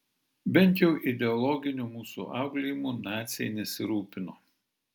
bent jau ideologiniu mūsų auklėjimu naciai nesirūpino